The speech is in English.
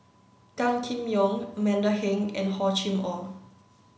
Gan Kim Yong Amanda Heng and Hor Chim Or